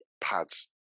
pads